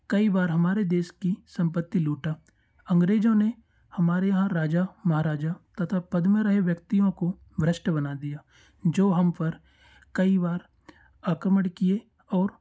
कई बार हमारे देश की संपत्ति लूटी अंग्रेज़ों ने हमारे यहाँ राजा महाराजा तथा पद में रहे व्यक्तियों को भ्रष्ट बना दिया जो हम पर कई बार आक्रमण किए और